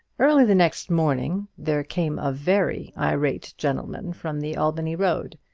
early the next morning there came a very irate gentleman from the albany road.